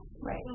Right